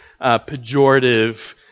pejorative